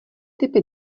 typy